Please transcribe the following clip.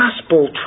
gospel